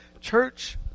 church